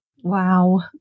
Wow